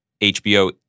HBO